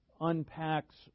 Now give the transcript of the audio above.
unpacks